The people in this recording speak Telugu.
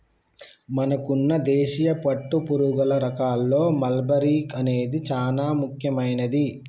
మనకున్న దేశీయ పట్టుపురుగుల రకాల్లో మల్బరీ అనేది చానా ముఖ్యమైనది